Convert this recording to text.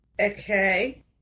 Okay